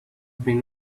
been